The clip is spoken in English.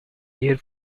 air